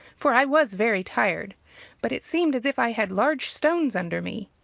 for i was very tired but it seemed as if i had large stones under me.